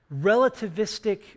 relativistic